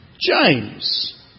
James